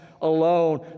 alone